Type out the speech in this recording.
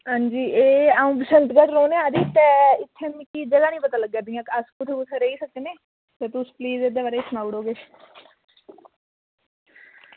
एह् अऊं बसंतगढ़ रौह्ने आह्ली ते मिगी जगह् निं पता लग्गा दियां कि तुस कुत्थै कुत्थै रेही सकने ते तुस प्लीज़ थोह्ड़ा हारा सनाई ओड़ेओ